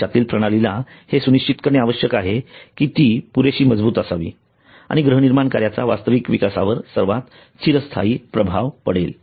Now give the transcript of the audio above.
भविष्यातील प्रणालीला हे सुनिश्चित करणे आवश्यक आहे की ती पुरेशी मजबूत असावी आणि गृहनिर्माण कार्याचा वास्तविक विकासावर सर्वात चिरस्थायी प्रभाव पडेल